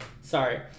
sorry